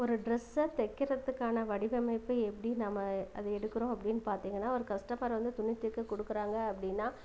ஒரு டிரெஸ்ஸை தைக்கிறத்துக்கான வடிவமைப்பை எப்படி நாம் அதை எடுக்கிறோம் அப்படின்னு பார்த்தீங்கன்னா ஒரு கஸ்டமர் வந்து துணி தைக்க கொடுக்கறாங்க அப்படின்னா